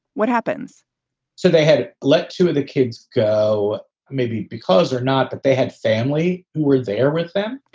what happens so they had let two of the kids go. maybe because or not that they had family who were there with them,